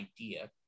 idea